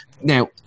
Now